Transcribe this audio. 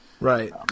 Right